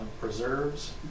preserves